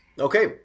Okay